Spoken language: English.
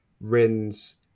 Rins